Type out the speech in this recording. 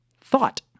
Thought